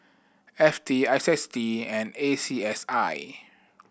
F T I S D and A C S I